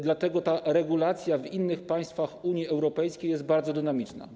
Dlatego ta regulacja w innych państwach Unii Europejskiej jest bardzo dynamiczna.